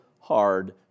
hard